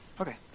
Okay